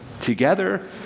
Together